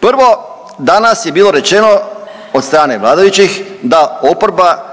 Prvo, danas je bilo rečeno od strane vladajućih da oporba